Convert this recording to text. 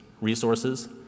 resources